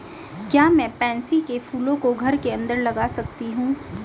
क्या मैं पैंसी कै फूलों को घर के अंदर लगा सकती हूं?